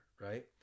right